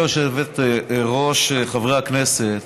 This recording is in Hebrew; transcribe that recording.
הודעת ועדת הכנסת אושרה.